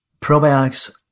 probiotics